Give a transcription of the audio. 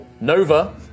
Nova